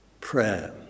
Prayer